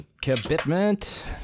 commitment